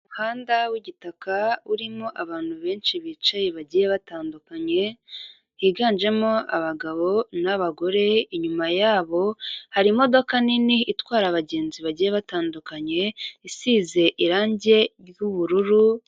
Umuhanda w'igitaka urimo abantu benshi bicaye bagiye batandukanye, higanjemo abagabo n'abagore, inyuma yabo hari imodoka nini itwara abagenzi bagiye batandukanye isize irangi ry'ubururu.